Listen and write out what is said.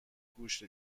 گوش